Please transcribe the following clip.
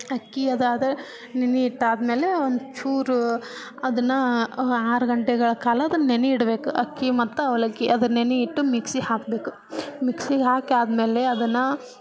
ಅಕ್ಕಿ ಅದಾದ್ರೆ ನೆನೆ ಇಟ್ಟಾದ್ಮೇಲೆ ಒಂಚೂರು ಅದನ್ನು ಆರು ಗಂಟೆಗಳ ಕಾಲ ಅದನ್ನು ನೆನೆ ಇಡ್ಬೇಕು ಅಕ್ಕಿ ಮತ್ತು ಅವಲಕ್ಕಿ ಅದನ್ನು ನೆನೆ ಇಟ್ಟು ಮಿಕ್ಸಿಗೆ ಹಾಕ್ಬೇಕು ಮಿಕ್ಸಿಗೆ ಹಾಕಾದ್ಮೇಲೆ ಅದನ್ನು